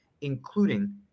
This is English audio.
including